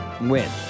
win